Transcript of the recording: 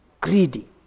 greedy